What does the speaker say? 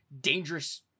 dangerous